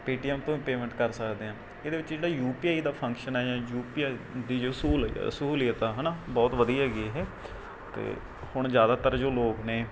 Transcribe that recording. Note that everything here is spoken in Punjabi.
ਪੇ ਟੀ ਐੱਮ ਤੋਂ ਵੀ ਪੇਮੈਂਟ ਕਰ ਸਕਦੇ ਹਾਂ ਇਹਦੇ ਵਿੱਚ ਜਿਹੜਾ ਯੂ ਪੀ ਆਈ ਦਾ ਫ਼ੰਕਸ਼ਨ ਹੈ ਜਾਂ ਯੂ ਪੀ ਆਈ ਦੀ ਜੋ ਸਹੂਲਤ ਹੈ ਸਹੂਲੀਅਤ ਹੈ ਹੈ ਨਾ ਬਹੁਤ ਵਧੀਆ ਹੈਗੀ ਇਹ ਅਤੇ ਹੁਣ ਜ਼ਿਆਦਾਤਰ ਜੋ ਲੋਕ ਨੇ